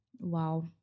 Wow